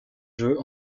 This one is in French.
jeux